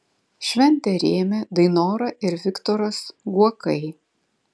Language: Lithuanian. šventę rėmė dainora ir viktoras guokai